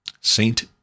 Saint